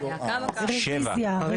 הצבעה בעד, 5 נגד, 7 נמנעים, אין לא אושר.